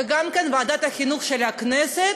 וגם כן ועדת החינוך של הכנסת,